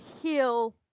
heal